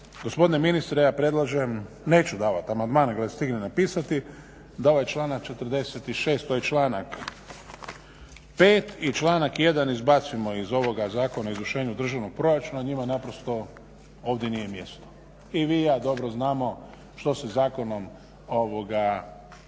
gospodine ministre ja predlažem neću davat amandman jer ga ne stignem napisati da ovaj članak 46. to je članak 5. i članak 1. izbacujemo iz ovoga Zakona o izvršenju državnog proračuna. Njima naprosto ovdje nije mjesto. I vi i ja dobro znamo što se zakonom rješavalo.